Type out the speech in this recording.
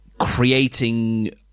creating